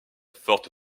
forte